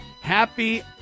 Happy